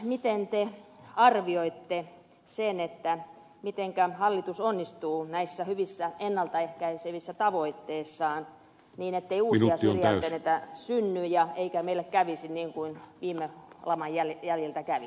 miten te arvioitte sen mitenkä hallitus onnistuu näissä hyvissä ennalta ehkäisevissä tavoitteissaan niin ettei uusia syrjäytyneitä synny eikä meille kävisi niin kuin viime laman jäljiltä kävi